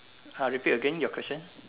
ah repeat again your question